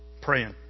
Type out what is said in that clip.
praying